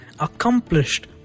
accomplished